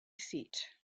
seat